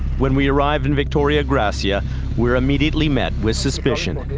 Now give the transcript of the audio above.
when we arrive in victoria gracia we are immediately met with suspicion.